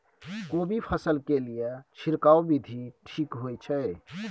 कोबी फसल के लिए छिरकाव विधी ठीक होय छै?